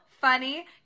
Funny